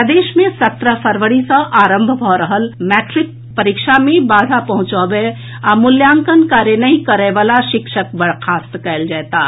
प्रदेश मे सत्रह फरवरी सँ आरंभ भऽ रहल मैट्रिक परीक्षा मे बाधा पहुंचऽबए वला आ मूल्यांकन कार्य नहि करए वला शिक्षक बर्खास्त कएल जएताह